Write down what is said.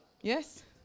yes